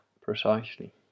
precisely